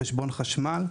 חשבון חשמל.